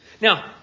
Now